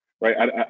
right